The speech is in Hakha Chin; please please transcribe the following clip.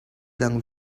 dang